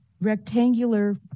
rectangular